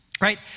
right